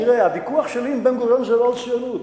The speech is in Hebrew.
הוויכוח שלי עם בן-גוריון הוא לא על ציונות.